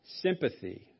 sympathy